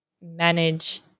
manage